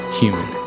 human